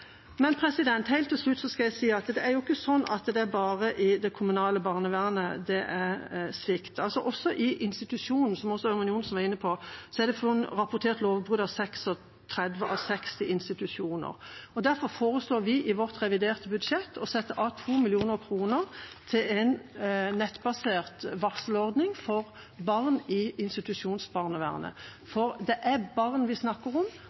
Helt til slutt vil jeg si at det er ikke sånn at det bare er i det kommunale barnevernet det er svikt. Også i institusjonene, som også Ørmen Johnsen var inne på, er det rapportert lovbrudd – i 36 av 60 institusjoner. Derfor foreslår vi i vårt reviderte budsjett å sette av 2 mill. kr til en nettbasert varselordning for barn i institusjonsbarnevernet. For det er barn vi snakker om,